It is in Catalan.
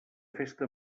festa